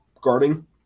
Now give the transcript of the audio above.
guarding